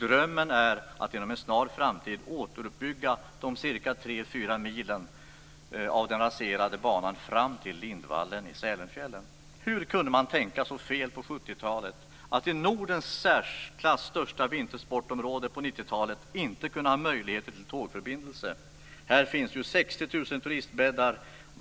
Drömmen är att inom en snar framtid återuppbygga de 3-4 mil av banan som raserats fram till Hur kunde man tänka så fel på 70-talet - att Nordens i särklass största vintersportområde på 90-talet inte skulle ha möjligheter till tågförbindelser? Här finns ju 60 000 turistbäddar.